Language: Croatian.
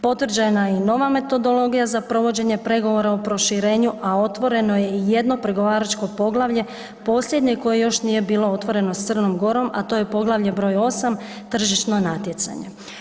Potvrđena je i nova metodologija za provođenje pregovora o proširenju, a otvoreno je i jedno pregovaračko poglavlje, posljednje koje još nije bilo otvoreno s Crnom Gorom, a to je poglavlje br. 8.-Tržišno natjecanje.